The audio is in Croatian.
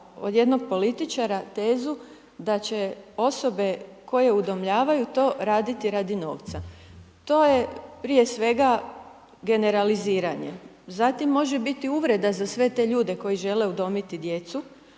od jednog političara tezu da će osobe koje udomljavaju raditi to radi novca. To je prije svega generaliziranje, zatim može biti uvreda za sve te ljude koji žele udomiti djecu,